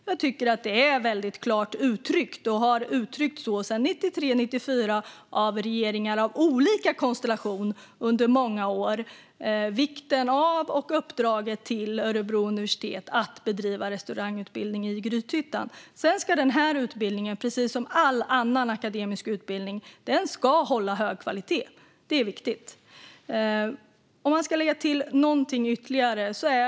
Jag tycker att regeringar av olika konstellation under många år sedan 1993/94 klart har uttryckt vikten av uppdraget till Örebro universitet att bedriva restaurangutbildning i Grythyttan. Denna utbildning ska, precis som all annan akademisk utbildning, hålla hög kvalitet. Det är viktigt.